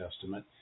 Testament